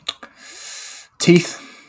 Teeth